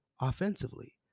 offensively